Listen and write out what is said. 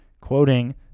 Quoting